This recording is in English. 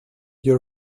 your